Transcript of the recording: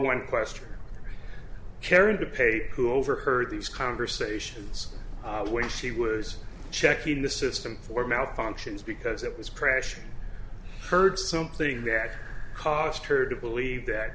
one question karen de pape who overheard these conversations when she was checking the system for malfunctions because it was crashing heard something that caused her to believe that